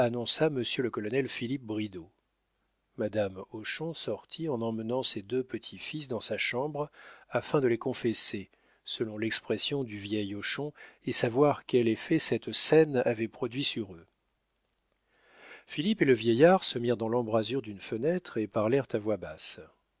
le colonel philippe bridau madame hochon sortit en emmenant ses deux petits-fils dans sa chambre afin de les confesser selon l'expression du vieil hochon et savoir quel effet cette scène avait produit sur eux philippe et le vieillard se mirent dans l'embrasure d'une fenêtre et parlèrent à voix basse